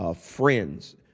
friends